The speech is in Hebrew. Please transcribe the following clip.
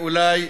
ואולי